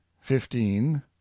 fifteen